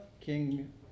king